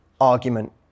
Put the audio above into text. argument